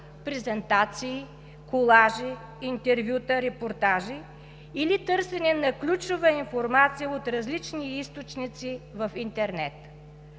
презентации, колажи, интервюта, репортажи или търсене на ключова информация от различни източници в интернет.